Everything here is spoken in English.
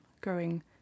growing